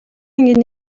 ангийн